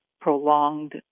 prolonged